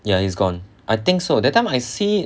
ya he's gone I think so that time I see